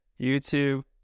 YouTube